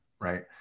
right